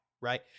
right